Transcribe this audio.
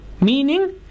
meaning